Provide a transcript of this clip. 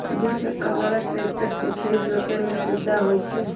दू चक्का बला ट्रैक्टर से खेत जोतय में सुविधा होई छै